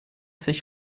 sich